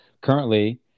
currently